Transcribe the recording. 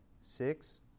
six